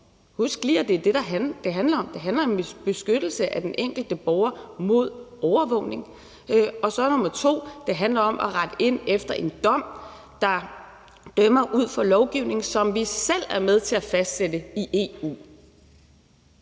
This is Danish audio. Husk lige, at det er det, det handler om. Det handler om beskyttelse af den enkelte borger mod overvågning. Og så handler det som nr. 2 om at rette ind efter en dom, der dømmer ud fra lovgivning, som vi selv er med til at fastsætte i EU.